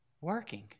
working